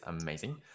amazing